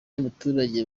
y’abaturage